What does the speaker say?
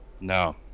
No